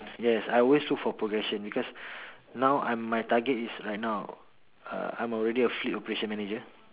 yes I always look for progression because I'm now my target is right now uh I'm already a fleet operation manager